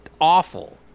awful